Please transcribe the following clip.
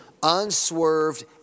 unswerved